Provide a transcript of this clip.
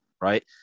right